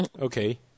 Okay